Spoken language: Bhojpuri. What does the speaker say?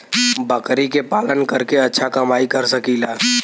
बकरी के पालन करके अच्छा कमाई कर सकीं ला?